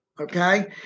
Okay